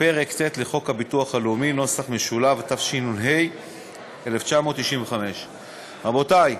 פרק ט' לחוק הביטוח הלאומי , התשנ"ה 1995. רבותי,